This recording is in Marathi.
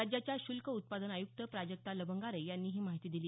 राज्याच्या शुल्क उत्पादन आयुक्त प्राजक्ता लवंगारे यांनी ही माहिती दिली